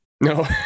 No